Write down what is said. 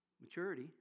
Maturity